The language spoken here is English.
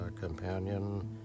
companion